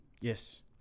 Yes